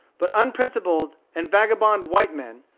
but unprincipled and vagabond white men,